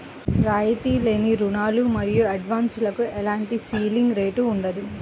రాయితీ లేని రుణాలు మరియు అడ్వాన్సులకు ఎలాంటి సీలింగ్ రేటు ఉండదు